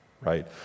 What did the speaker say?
Right